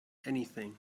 anything